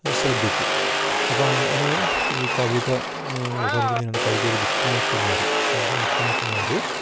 ശ്രദ്ധിക്കും അപ്പം അങ്ങനെ ഈ കവിത അവസാനിക്കുന്നതിനെയാണ് കവിത ഒരു മിത്ത് ആയിട്ട് മാറി കവിത ഒരു മിത്തായിട്ട് മാറി